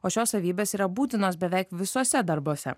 o šios savybės yra būtinos beveik visuose darbuose